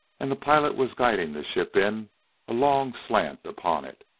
and the pilot was guiding the ship in a long slant upon it.